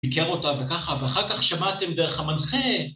‫ביקר אותה וככה, ‫ואחר כך שמעתם דרך המנחה